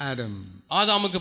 Adam